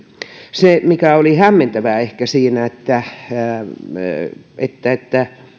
se mikä ehkä oli hämmentävää siinä oli se että